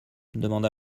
demanda